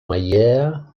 mayea